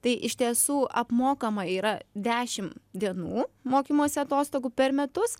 tai iš tiesų apmokama yra dešimt dienų mokymosi atostogų per metus